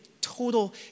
total